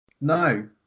no